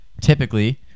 typically